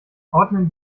ordnen